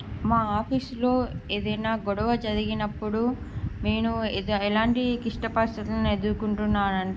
మా ఆఫీసులో ఏదైనా గొడవ జరిగినప్పుడు నేను ఎలాంటి క్లిష్ట పరిస్థితులను ఎదుర్కొంటున్నాను అంటే